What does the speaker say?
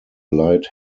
light